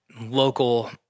local